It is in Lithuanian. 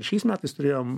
ir šiais metais turėjom